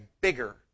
bigger